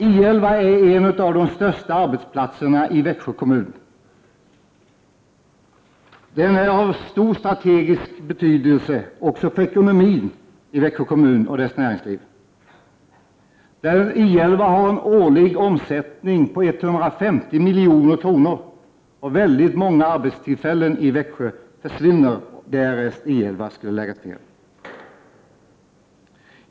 I 11 är en av de största arbetsplatserna i Växjö kommun. Den är av strategisk betydelse också för ekonomin i Växjö. I 11 har en årlig omsättning på 150 milj.kr., och väldigt många arbetstillfällen i Växjö försvinner därest I 11 skulle läggas ner.